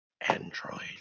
Android